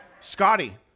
Scotty